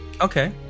Okay